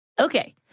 Okay